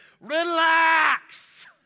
relax